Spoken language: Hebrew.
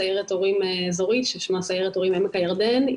סיירת הורים אזורית ששמה סיירת הורים עמק הירדן.